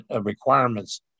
requirements